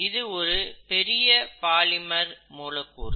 இது ஒரு பெரிய பாலிமர் மூலக்கூறு